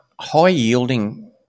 high-yielding